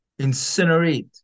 incinerate